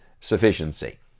sufficiency